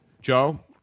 Joe